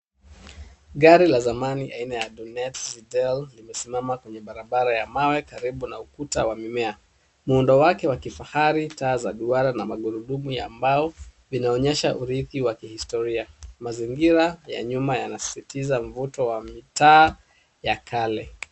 Gari la zamani aina ya Diont Zidel limesimama kwenye barabara ya mawe karibu na ukuta wa mimea. Muundo wake wa kifahari, taa za duara na magurudumu ya mbao vinaonyesha urithi wa kihistoria. Mazingira ya nyuma yanasisitiza mvuto wa mitaa ya kale.